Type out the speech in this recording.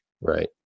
Right